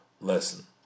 lesson